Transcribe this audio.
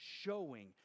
showing